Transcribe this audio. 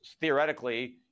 theoretically